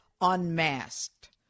unmasked